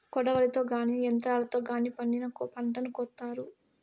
కొడవలితో గానీ లేదా యంత్రాలతో గానీ పండిన పంటను కోత్తారు